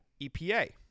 EPA